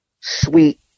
sweet